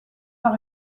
par